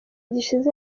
gishize